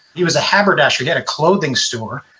he was a haberdasher, he had a clothing store,